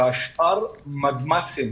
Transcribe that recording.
והשאר מגמ"צים,